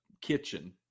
kitchen